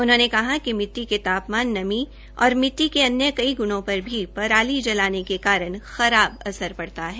उन्होंने कहा कि मिट्टी के तापमान नमी और मिट्टी के अन्य गुणों पर भी पराली जलाने के कारण बुरा असर पड़ता है